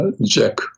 Jack